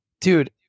dude